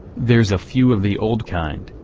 there's a few of the old kind,